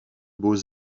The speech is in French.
beaux